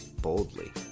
boldly